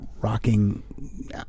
rocking